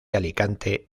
alicante